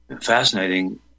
Fascinating